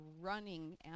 running